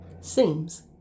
Seems